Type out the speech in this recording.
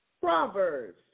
Proverbs